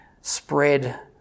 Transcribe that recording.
spread